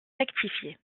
rectifié